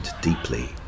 deeply